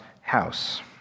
house